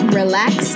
relax